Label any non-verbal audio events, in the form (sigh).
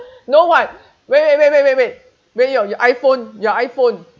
(breath) no [what] wait wait wait wait wait your your iphone your iphone